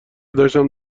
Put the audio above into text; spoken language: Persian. داشتم